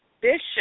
Bishop